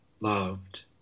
loved